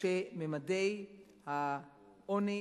שממדי העוני